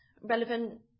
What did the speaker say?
relevant